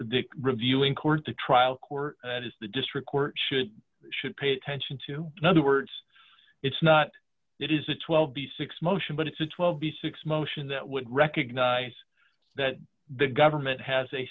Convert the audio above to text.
big reviewing court the trial court that is the district court should should pay attention to another words it's not it is a twelve dollars b six motion but it's a twelve b six motion that would recognize that the government has a